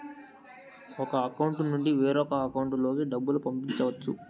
ఒక అకౌంట్ నుండి వేరొక అకౌంట్ లోకి డబ్బులు పంపించవచ్చు